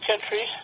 country